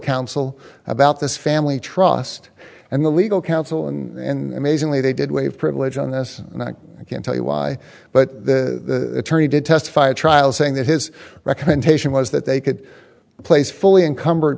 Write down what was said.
counsel about this family trust and the legal counsel and maison lee they did waive privilege on this and i can't tell you why but the attorney did testify at trial saying that his recommendation was that they could place fully encumbered